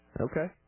Okay